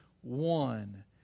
one